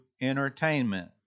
entertainment